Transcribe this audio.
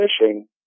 fishing